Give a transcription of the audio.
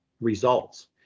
results